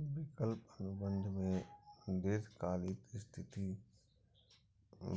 विकल्प अनुबंध मे दीर्घकालिक स्थिति